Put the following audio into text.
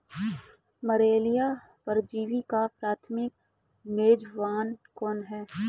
Malaria परजीवी का प्राथमिक मेजबान कौन है?